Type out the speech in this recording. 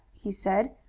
he said,